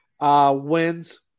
Wins